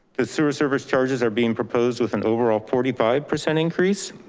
the sewer service charges are being proposed with an overall forty five percent increase.